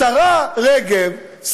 השרה רגב,